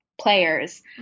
players